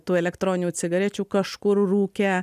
tų elektroninių cigarečių kažkur rūkę